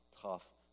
tough